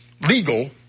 legal